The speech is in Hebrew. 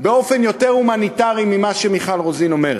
באופן יותר הומניטרי ממה שמיכל רוזין אומרת,